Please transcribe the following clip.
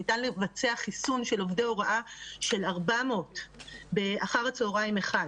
ניתן לבצע חיסון של עובדי הוראה של 400 באחר הצוהריים אחד.